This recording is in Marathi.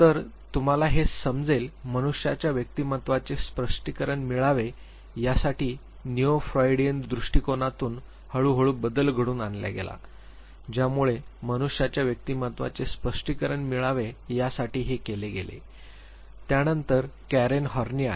तर तुम्हाला हे समजेल मनुष्याच्या व्यक्तिमत्त्वाचे स्पष्टीकरण मिळावे यासाठी निओ फ्रायडियन दृष्टिकोनातून हळू हळू बदल घडवून आणला गेला ज्यामुळे मनुष्याच्या व्यक्तिमत्त्वाचे स्पष्टीकरण मिळावे यासाठी हे केले गेले त्यानंतर कॅरेन हॉर्नी आल्या